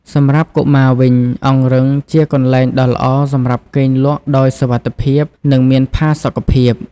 សម្រាប់កុមារវិញ អង្រឹងជាកន្លែងដ៏ល្អសម្រាប់គេងលក់ដោយសុវត្ថិភាពនិងមានផាសុកភាព។